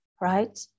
right